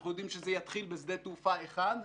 אנחנו יודעים שזה יתחיל בשדה תעופה אחד,